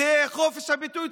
זה לחופש הביטוי,